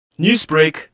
Newsbreak